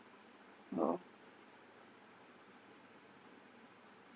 oh